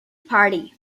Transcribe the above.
party